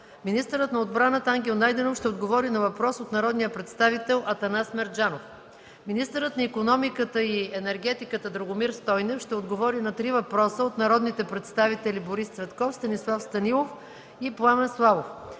Министърът на отбраната Ангел Найденов ще отговори на въпрос от народния представител Атанас Мерджанов. Министърът на икономиката и енергетиката Драгомир Стойнев ще отговори на три въпроса от народните представители Борис Цветков, Станислав Станилов и Пламен Славов.